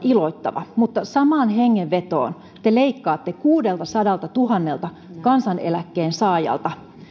iloittava mutta samaan hengenvetoon te leikkaatte kuudeltasadaltatuhannelta kansaneläkkeen saajalta